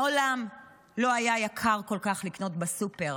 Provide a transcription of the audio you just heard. מעולם לא היה יקר כל כך לקנות בסופר.